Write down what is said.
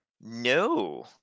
No